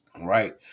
right